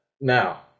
Now